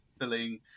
filling